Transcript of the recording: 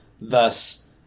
thus